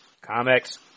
comics